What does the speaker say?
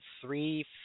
three